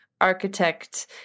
architect